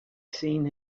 seen